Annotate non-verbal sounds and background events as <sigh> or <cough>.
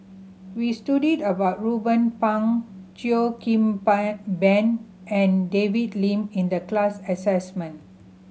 we studied about Ruben Pang Cheo Kim <unintelligible> Ban and David Lim in the class assignment